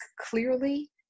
clearly